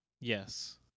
Yes